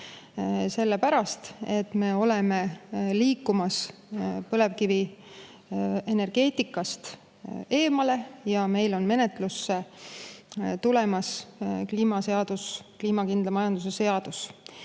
sellepärast, et me oleme liikumas põlevkivienergeetikast eemale. Meil on menetlusse tulemas kliimaseadus, kliimakindla majanduse seadus